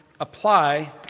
apply